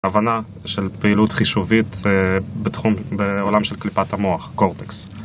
הבנה של פעילות חישובית בתחום בעולם של קליפת המוח, קורטקס.